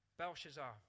Belshazzar